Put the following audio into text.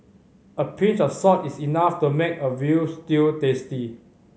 a pinch of salt is enough to make a veal stew tasty